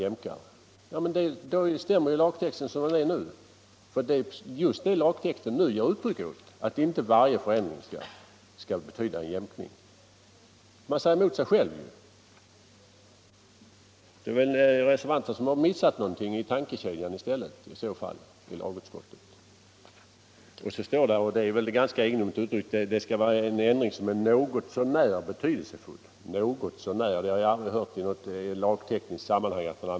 Ja, men då stämmer ju lagtexten som den är nu, för det är just detta som den gällande lagtexten ger uttryck åt, att inte varje förändring skall betyda en jämkning. Man säger emot sig själv, och det är väl reservanterna som har missat någonting i tankekedjan i lagutskottet. Vidare står det — och det är väl ganska egendomligt uttryckt — att det skall vara en ändring som är ”något så när” betydelsefull. Uttrycket något så när har jag aldrig hört i ett lagtekniskt sammanhang.